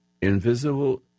invisible